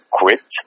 quit